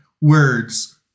words